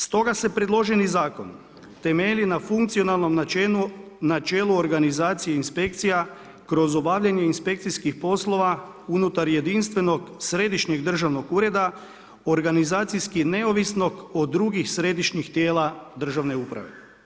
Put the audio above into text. Stoga se predloženi zakon temelji na funkcionalnom načelu organizacije inspekcija kroz obavljanje inspekcijskih poslova unutar jedinstvenog središnjeg državnog ureda, organizacijski neovisnog od drugih središnjih tijela državne uprave.